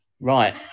Right